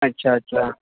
अच्छा अच्छा